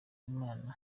imana